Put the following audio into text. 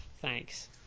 thanks